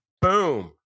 Boom